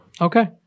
Okay